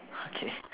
okay